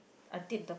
I did the